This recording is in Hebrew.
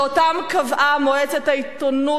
שאותם קבעה מועצת העיתונות,